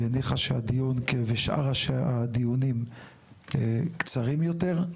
הניחה שהדיון כשאר הדיונים קצרים יותר.